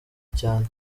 cyane